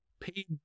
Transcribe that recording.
paid